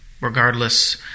regardless